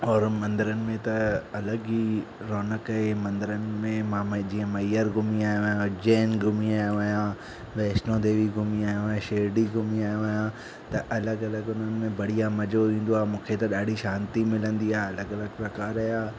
और मंदरनि में त अलॻि ई रौनक ऐं मंदरनि में मां मां जीअं मैहर घुमी आहियो आहियां उज्जैन घुमी आहियो आहियां वैष्णो देवी घुमी आहियो आहियां शिरडी घुमी आहियो आहियां त अलॻि अलॻि उन्हनि में बढ़िया मज़ो ईंदो आहे मूंखे त ॾाढी शांती मिलंदी आहे अलॻि अलॻि प्रकार जा